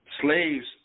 Slaves